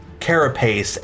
carapace